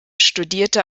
studierte